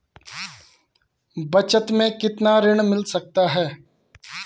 बचत मैं कितना ऋण मिल सकता है?